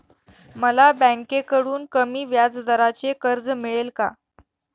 मला बँकेकडून कमी व्याजदराचे कर्ज मिळेल का?